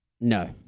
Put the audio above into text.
No